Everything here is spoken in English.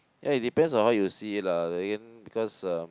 ya it depends on how you see it lah but then because uh